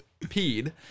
peed